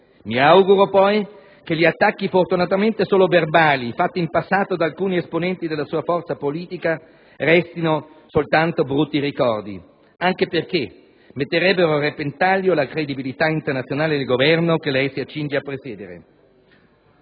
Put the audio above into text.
Mi auguro poi che gli attacchi, fortunatamente solo verbali, fatti in passato da alcuni esponenti della sua forza politica restino soltanto brutti ricordi, anche perché metterebbero a repentaglio la credibilità internazionale del Governo che lei si accinge a presiedere.